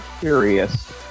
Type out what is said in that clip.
curious